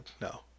no